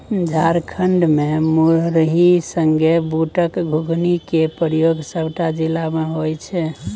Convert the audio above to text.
झारखंड मे मुरही संगे बुटक घुघनी केर प्रयोग सबटा जिला मे होइ छै